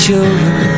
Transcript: Children